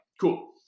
cool